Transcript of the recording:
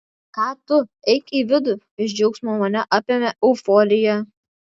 ką tu eik į vidų iš džiaugsmo mane apėmė euforija